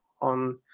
on